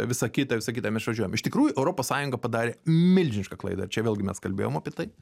visa kita visa kita mes išvažiuojam iš tikrųjų europos sąjunga padarė milžinišką klaidą ir čia vėlgi mes kalbėjom apie tai